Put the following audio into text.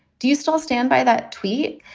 do you still stand by that tweet?